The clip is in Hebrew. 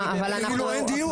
כאילו אין דיון,